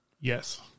Yes